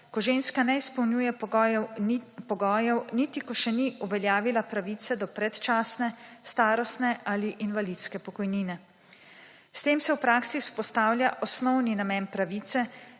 ko ženska ne izpolnjuje pogojev, niti ko še ni uveljavila pravice do predčasne, starostne ali invalidske pokojnine. S tem se v praksi vzpostavlja osnovni namen pravice,